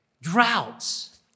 droughts